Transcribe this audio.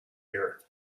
earth